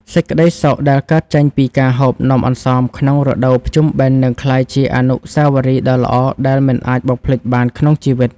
សេចក្ដីសុខដែលកើតចេញពីការហូបនំអន្សមក្នុងរដូវភ្ជុំបិណ្ឌនឹងក្លាយជាអនុស្សាវរីយ៍ដ៏ល្អដែលមិនអាចបំភ្លេចបានក្នុងជីវិត។